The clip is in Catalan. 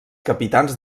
capitans